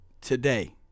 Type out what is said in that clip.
today